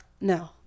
no